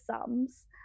sums